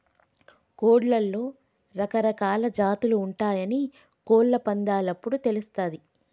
కోడ్లలో రకరకాలా జాతులు ఉంటయాని కోళ్ళ పందేలప్పుడు తెలుస్తది